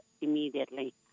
immediately